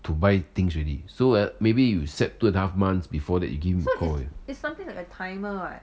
to buy things already so ah maybe you set two and half months before they came for